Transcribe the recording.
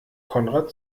konrad